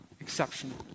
exceptional